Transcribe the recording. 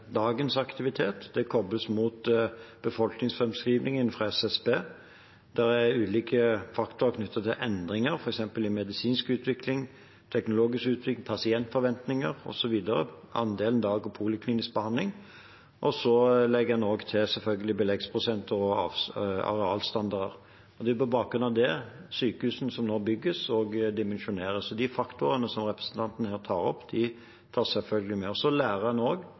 dagens aktivitet, det kobles mot befolkningsframskrivningen fra SSB, det er ulike faktorer knyttet til endringer, f.eks. i medisinsk utvikling, teknologisk utvikling, pasientforventninger osv., det er andelen dag- og poliklinisk behandling, og så legger en selvfølgelig også til beleggsprosenter og arealstandarder. Det er på bakgrunn av det sykehusene som nå bygges, også dimensjoneres. De faktorene som representanten her tar opp, tas selvfølgelig med. Så lærer en